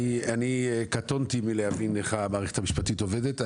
אני קטונתי מלהבין איך המערכת המשפטית עובדת.